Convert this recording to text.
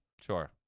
Sure